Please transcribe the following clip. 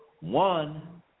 one